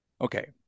Okay